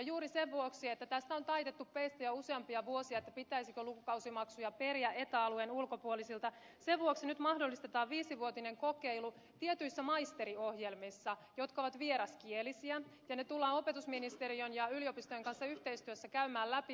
juuri sen vuoksi että tästä on taitettu peistä jo useampia vuosia pitäisikö lukukausimaksuja periä eta alueen ulkopuolisilta nyt mahdollistetaan viisivuotinen kokeilu tietyissä maisteriohjelmissa jotka ovat vieraskielisiä ja se mitkä ne ovat tullaan opetusministeriön ja yliopistojen kanssa yhteistyössä käymään läpi